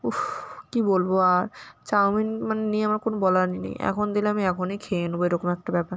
কী বলবো আর চাওমিন মানে নিয়ে আমার কোনো বলার নেই এখন দিলে আমি এখনই খেয়ে নেবো এরকম একটা ব্যাপার